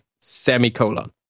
semicolon